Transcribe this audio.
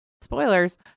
Spoilers